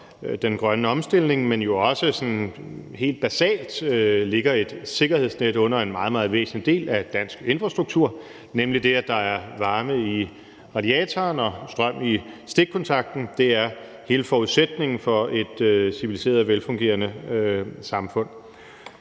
den grønne omstilling, men jo også sådan helt basalt lægger et sikkerhedsnet under en meget, meget væsentlig del af dansk infrastruktur, nemlig det, at der er varme i radiatoren og strøm i stikkontakten. Det er hele forudsætningen for et civiliseret og velfungerende samfund.